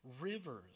rivers